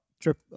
trip